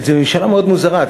זו ממשלה מאוד מוזרה.